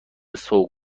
سوق